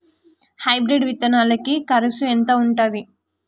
Hybrid విత్తనాలకి కరుసు ఎంత ఉంటది?